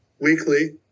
weekly